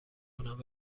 کنم